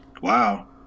Wow